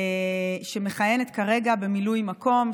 שמכהנת כרגע במילוי מקום.